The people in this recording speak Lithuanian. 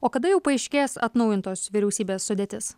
o kada jau paaiškės atnaujintos vyriausybės sudėtis